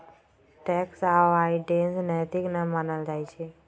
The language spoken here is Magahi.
टैक्स अवॉइडेंस नैतिक न मानल जाइ छइ